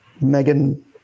Megan